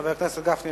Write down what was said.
חבר הכנסת גפני,